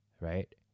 right